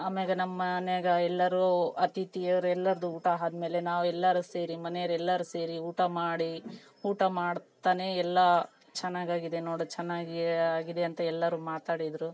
ಆಮ್ಯಾಗೆ ನಮ್ಮ ಮನ್ಯಾಗೆ ಎಲ್ಲರೂ ಅತಿಥಿಯವರ್ ಎಲ್ಲರದು ಊಟ ಆದ್ಮೇಲೆ ನಾವೆಲ್ಲರು ಸೇರಿ ಮನೆಯೋರ್ ಎಲ್ಲರು ಸೇರಿ ಊಟ ಮಾಡಿ ಊಟ ಮಾಡ್ತನೇ ಎಲ್ಲ ಚೆನ್ನಾಗ್ ಆಗಿದೆ ನೋಡು ಚೆನ್ನಾಗೀ ಆಗಿದೆ ಅಂತ ಎಲ್ಲರು ಮಾತಾಡಿದರು